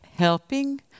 Helping